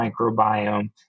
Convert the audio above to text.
microbiome